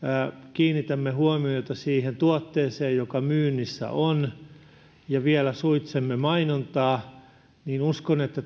kiinnitämme huomiota siihen tuotteeseen joka myynnissä on ja vielä suitsimme mainontaa niin uskon että